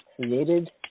created